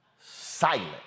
silent